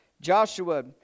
Joshua